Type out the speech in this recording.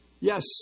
yes